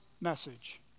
message